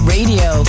Radio